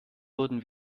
wurden